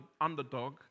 underdog